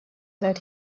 that